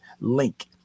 link